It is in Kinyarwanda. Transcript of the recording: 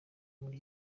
muri